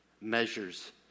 measures